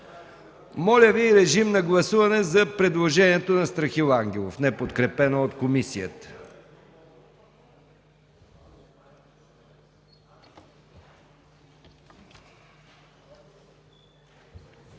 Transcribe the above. Ангелов. Режим на гласуване за предложението на Страхил Ангелов, неподкрепено от комисията.